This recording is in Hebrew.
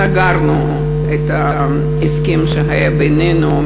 סגרנו את ההסכם שהיה בינינו,